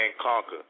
conquer